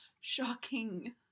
Shocking